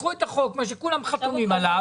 קחו את החוק שכולם חתומים עליו,